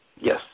Yes